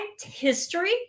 history